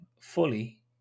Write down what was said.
fully